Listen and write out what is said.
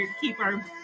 keeper